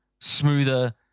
smoother